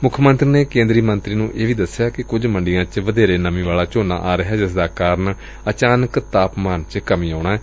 ਮੁੱਖ ਮੰਤਰੀ ਨੇ ਕੇਦਰੀ ਮੰਤਰੀ ਨੂੰ ਇਹ ਵੀ ਦਸਿਆ ਕਿ ਕੁਝ ਮੰਡੀਆ ਚ ਵਧੇਰੇ ਨਮੀ ਵਾਲਾ ਝੋਨਾ ਆ ਰਿਹੈ ਜਿਸ ਦਾ ਕਾਰਨ ਅਚਾਨਕ ਤਾਪਮਾਨ ਚ ਕਮੀ ਆਉਣਾ ਏ